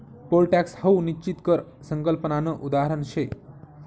pole tax हाऊ निश्चित कर संकल्पनानं उदाहरण शे